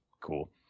Cool